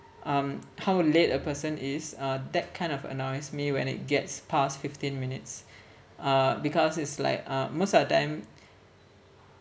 um how late a person is uh that kind of annoys me when it gets past fifteen minutes uh because it's like uh most of the time